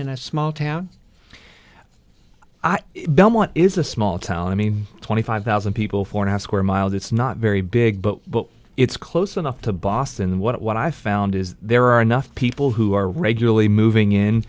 in a small town belmont is a small town i mean twenty five thousand people four now square miles it's not very big but it's close enough to boston what i found is there are enough people who are regularly moving in